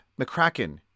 McCracken